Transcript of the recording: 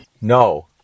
No